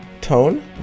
tone